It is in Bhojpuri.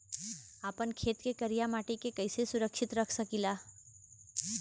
आपन खेत के करियाई माटी के कइसे सुरक्षित रख सकी ला?